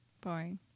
boring